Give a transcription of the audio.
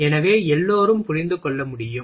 எனவே எல்லோரும் புரிந்து கொள்ள முடியும்